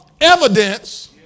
evidence